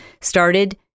started